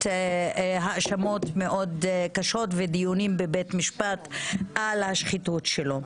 האשמות מאוד קשות ודיונים בבית משפט על השחיתות שלו.